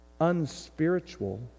unspiritual